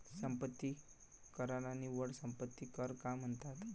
संपत्ती कराला निव्वळ संपत्ती कर का म्हणतात?